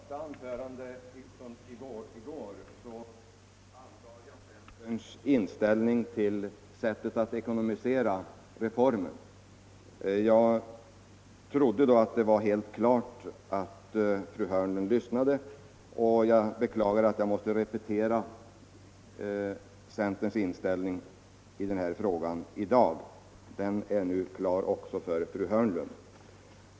Herr talman! I mitt första anförande i går angav jag centerns inställning till sättet att ekonomisera reformer. Jag trodde då att fru Hörnlund lyssnade. Jag beklagar att jag i dag var tvungen att repetera centerns inställning i denna fråga. Den är nu klar också för fru Hörnlund.